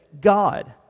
God